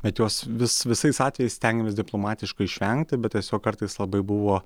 bet jos vis visais atvejais stengiamės diplomatiškai išvengti bet tiesiog kartais labai buvo